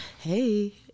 hey